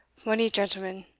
mony gentlemen,